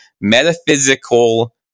metaphysical